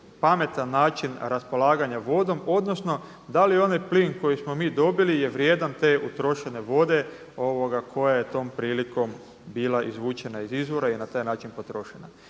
pametan način raspolaganja vodom odnosno da li onaj plin koji smo mi dobili je vrijedan te utrošene vode koja je tom prilikom bila izvučena iz izvora i na taj način potrošena.